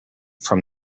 from